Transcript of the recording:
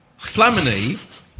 Flamini